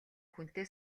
хүнтэй